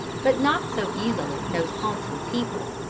but not so easily those haunting people.